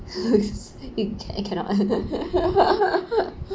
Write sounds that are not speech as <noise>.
<laughs> <noise> can~ <noise> cannot <laughs>